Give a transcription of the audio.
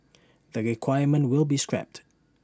the requirement will be scrapped